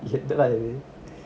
என்னடாஇது:ennada idhu